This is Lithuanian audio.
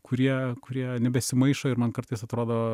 kurie kurie nebesimaišo ir man kartais atrodo